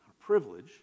privilege